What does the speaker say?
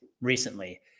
recently